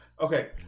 Okay